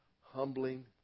Humbling